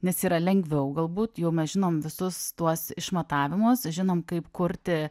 nes yra lengviau galbūt jau mes žinom visus tuos išmatavimus žinom kaip kurti